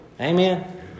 Amen